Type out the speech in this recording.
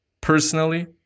personally